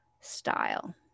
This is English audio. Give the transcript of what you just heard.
style